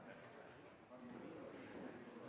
han ikke har